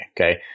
Okay